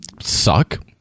suck